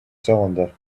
cylinder